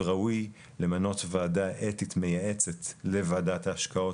וראוי למנות ועדת אתית מייעצת לוועדת ההשקעות